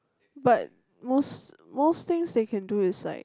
but most most things they can do is like